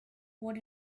what